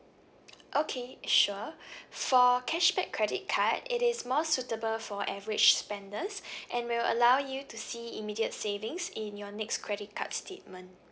okay sure for cashback credit card it is more suitable for average spenders and will allow you to see immediate savings in your next credit card statement